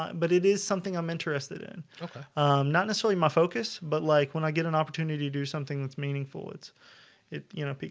but it is something i'm interested in not necessarily my focus but like when i get an opportunity to do something that's meaningful. it's it you know,